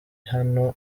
hano